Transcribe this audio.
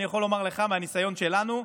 אני יכול לומר לך מהניסיון שלנו,